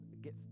get